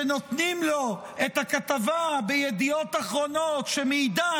שנותנים לו את הכתבה בידיעות אחרונות שמעידה